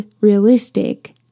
realistic